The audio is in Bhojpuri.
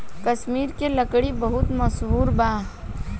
कश्मीर के लकड़ी बहुते मसहूर बा